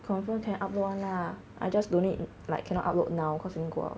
confirm can upload [one] lah I just don't need like cannot upload now cause I need go out